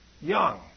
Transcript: young